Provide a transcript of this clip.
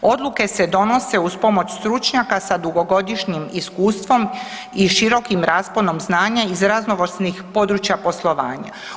Odluke se donose uz pomoć stručnjaka sa dugogodišnjim iskustvom i širokim rasponom znanja iz raznovrsnih područja poslovanja.